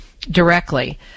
directly